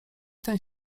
ten